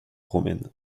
romaine